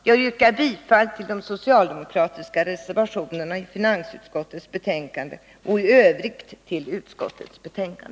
Jag yrkar bifall till de socialdemokratiska reservationerna vid finansutskottets betänkande och i övrigt till utskottets hemställan.